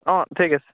অঁ ঠিক আছে